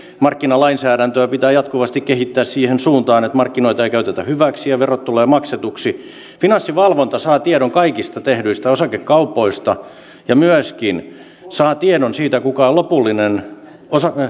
markkinalainsäädäntöä pitää jatkuvasti kehittää siihen suuntaan että markkinoita ei käytetä hyväksi ja verot tulevat maksetuksi finanssivalvonta saa tiedon kaikista tehdyistä osakekaupoista ja myöskin saa tiedon siitä kuka on lopullinen